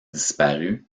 disparus